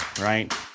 right